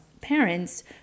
parents